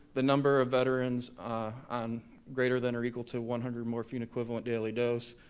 the number of veterans on greater than or equal to one hundred morphine equivalent daily dose,